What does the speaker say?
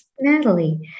Natalie